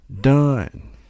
Done